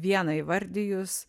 vieną įvardijus